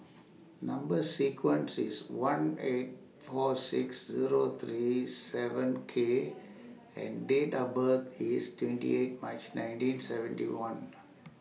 Number sequence IS one eight four six Zero three seven K and Date of birth IS twenty eight March nineteen seventy one